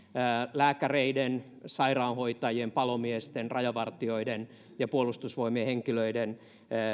lääkäreiden sairaanhoitajien palomiesten rajavartijoiden ja puolustusvoimien henkilöiden